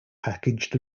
packaged